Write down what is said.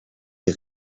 les